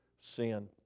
sin